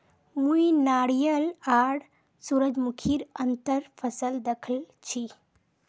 मुई नारियल आर सूरजमुखीर अंतर फसल दखल छी